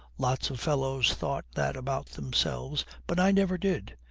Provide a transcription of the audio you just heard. lots of fellows thought that about themselves, but i never did.